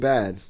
Bad